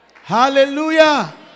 Hallelujah